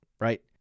right